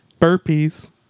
burpees